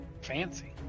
Fancy